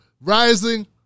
Rising